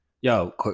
Yo